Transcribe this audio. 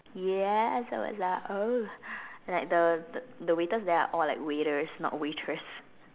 ya so I was like oh and like the the waiters there are all like waiter not waitress